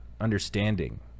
understanding